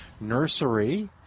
nursery